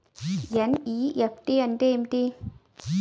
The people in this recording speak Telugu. ఎన్.ఈ.ఎఫ్.టి అంటే ఏమిటి?